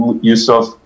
Yusuf